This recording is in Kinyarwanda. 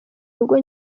rugo